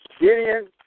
Gideon